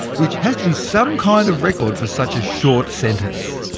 which has to be some kind of record for such a short sentence.